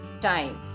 time